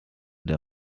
der